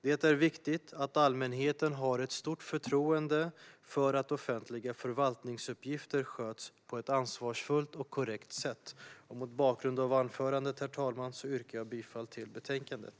Det är viktigt att allmänheten har ett stort förtroende för att offentliga förvaltningsuppgifter sköts på ett ansvarsfullt och korrekt sätt. Mot bakgrund av anförandet, herr talman, yrkar jag bifall till förslaget till beslut.